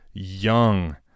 Young